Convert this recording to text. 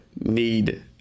need